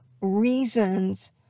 reasons